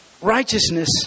righteousness